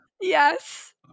Yes